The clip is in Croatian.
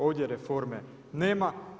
Ovdje reforme nema.